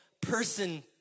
person